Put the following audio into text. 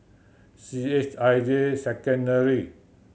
C H I J Secondary